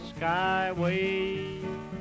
skyway